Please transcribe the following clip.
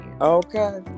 Okay